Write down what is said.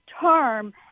term